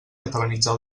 catalanitzar